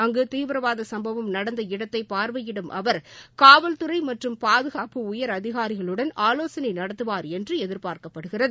அங்கு தீவிரவாத சும்பவம் நடந்த இடத்தை பார்வையிடும் அவர் காவல்துறை மற்றும் பாதுகாப்பு உயர் அதிகாரிகளுடன் ஆவோசனை நடத்துவார் என்று எதிர்பார்க்கப்படுகிறது